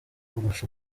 kurusha